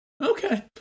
Okay